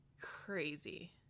crazy